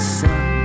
sun